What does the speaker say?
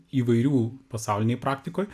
įvairių pasaulinėj praktikoj